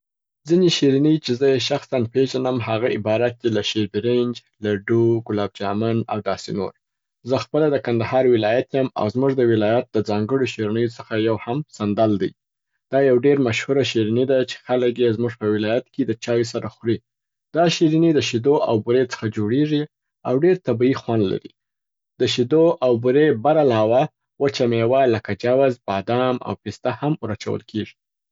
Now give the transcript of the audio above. ځیني شرینۍ چې زه یې شخصاً پیژنم هغه عبارت دي له شیر برنج، لډو، ګلاب جامن او داسي نور. زه خپله د کندهار ولایت یم او زموږ د ولایت د ځانګړو شیرینو څخه یو هم سندل دی. دا یو ډېر مشهوره شریني ده چي خلګ یې زموږ په ولایت کي د چایو سره خوري. دا شیرني د شیدو او بورې څخه جوړیږي او ډېر طبعي خوند لري. د شیدو او بوري بر علاوه ، وچه میوه لکه جوز، بادام او پیسته هم ور اچول کیږي.